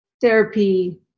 therapy